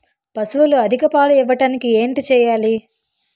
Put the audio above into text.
పశువులు అధిక పాలు ఇవ్వడానికి ఏంటి చేయాలి